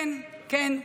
כן כן,